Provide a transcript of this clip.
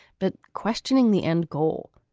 but questioning the end goal.